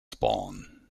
spawn